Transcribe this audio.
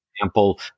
example